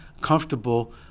comfortable